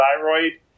thyroid